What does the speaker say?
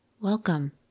Welcome